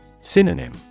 Synonym